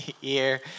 year